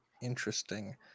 interesting